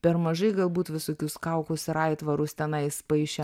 per mažai galbūt visokius kaukus ir aitvarus tenais paišė